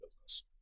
business